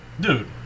Dude